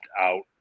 out